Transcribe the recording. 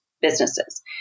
businesses